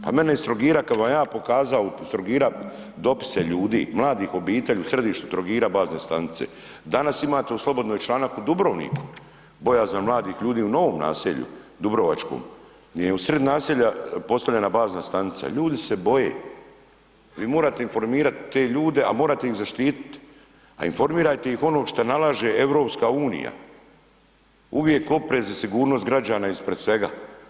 Pa mene iz Trogira, kad bi vam ja pokazao iz Trogira dopise ljudi, mladih obitelji u središtu Trogira bazne stanice, danas imate u Slobodnoj članak u Dubrovniku, bojazan mladih ljudi u novom naselju Dubrovačkom, ... u sred naselja postavljena bazna stanica, ljudi se boje, vi morate informirat te ljude, a morate ih zaštitit, a informirajte ih ono što nalaže Europska unija, uvijek oprez i sigurnost građana ispred svega.